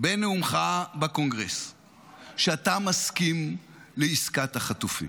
בנאומך בקונגרס שאתה מסכים לעסקת החטופים?